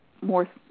more